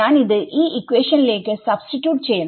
ഞാൻ ഇത് ഈ ഇക്വാഷനിലേക്ക് സബ്സ്റ്റിട്യൂട്ട് ചെയ്യണം